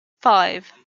five